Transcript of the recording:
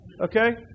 Okay